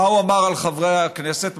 מה הוא אמר על חברי הכנסת?